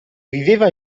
viveva